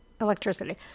electricity